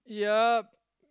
yup